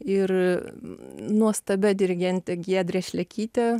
ir nuostabia dirigente giedre šlekyte